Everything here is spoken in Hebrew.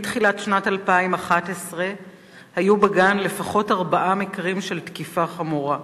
מתחילת שנת 2011 היו בגן לפחות ארבעה מקרים של תקיפה חמורה.